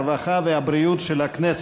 הרווחה והבריאות של הכנסת.